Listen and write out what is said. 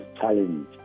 challenge